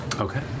Okay